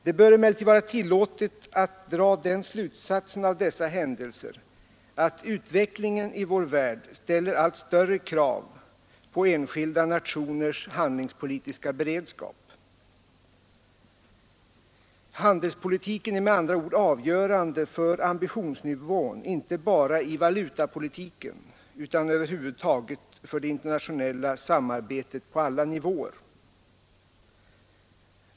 Det bör emellertid vara tillåtet att dra den slutsatsen av dessa händelser, att utvecklingen i vår värld ställer allt större krav på enskilda nationers handelspolitiska beredskap. Handelspolitiken är med andra ord avgörande för ambitionsnivån, inte bara i valutapolitiken utan över huvud taget för det internationella samarbetet på alla nivåer.